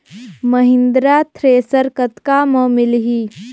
Mahindra thresher कतका म मिलही?